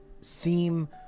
seem